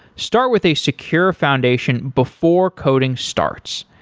start with a secure foundation before coding starts.